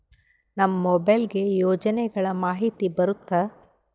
ನಮ್ ಮೊಬೈಲ್ ಗೆ ಯೋಜನೆ ಗಳಮಾಹಿತಿ ಬರುತ್ತ?